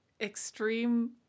extreme